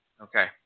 Okay